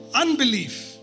unbelief